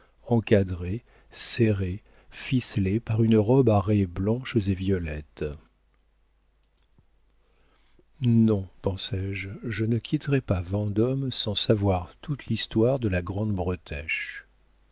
encadré serré ficelé par une robe à raies blanches et violettes non pensais-je je ne quitterai pas vendôme sans savoir toute l'histoire de la grande